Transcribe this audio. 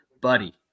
Buddy